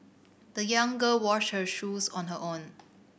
the young girl washed her shoes on her own